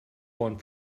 one